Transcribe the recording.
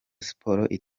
sports